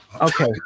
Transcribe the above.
Okay